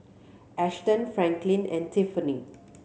Ashton Franklin and Tiffanie